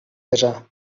casar